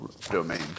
domain